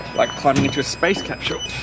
like climbing into a space capsule.